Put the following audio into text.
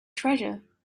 treasure